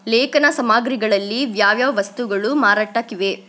ಲೇಖನ ಸಾಮಗ್ರಿಗಳಲ್ಲಿ ಯಾವ್ಯಾವ ವಸ್ತುಗಳು ಮಾರಾಟಕ್ಕಿವೆ